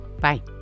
Bye